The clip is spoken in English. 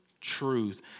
truth